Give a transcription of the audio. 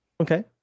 Okay